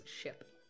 ship